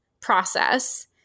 process